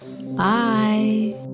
Bye